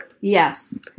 Yes